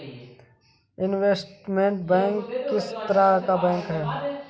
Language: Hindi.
इनवेस्टमेंट बैंक किस तरह का बैंक है?